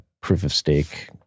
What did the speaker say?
proof-of-stake